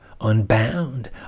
unbound